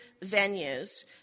venues